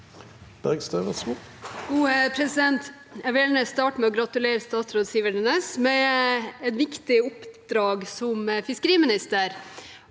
Jeg vil gjerne starte med å gratulere statsråd Sivertsen Næss med et viktig oppdrag som fiskeriminister,